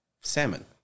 salmon